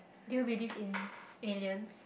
do you believe in aliens